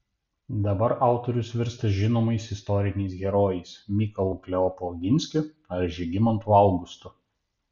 dabar autorius virsta žinomais istoriniais herojais mykolu kleopu oginskiu ar žygimantu augustu